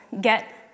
get